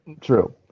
True